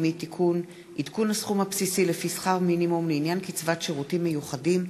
(תיקון, בחירת רב יישוב ורב אזורי וכהונתם),